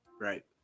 Right